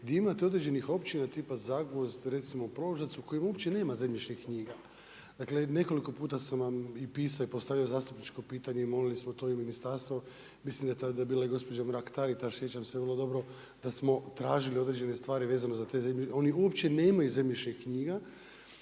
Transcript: gdje imate određenih općina tipa Zagvozd, recimo Proložac u kojem uopće nema zemljišnih knjiga. Dakle nekoliko puta sam vam i pisao i postavljao zastupničko pitanje i molili smo to i u ministarstvu, mislim da je tada bila i gospođa Mrak Taritaš. Sjećam se vrlo dobro da smo tražili određene stvari vezano za te zemljišne, oni uopće nemaju zemljišnih knjiga.